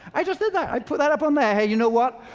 i just did that! i put that up on there. hey, you know what?